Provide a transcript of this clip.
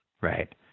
right